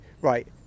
right